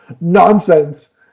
nonsense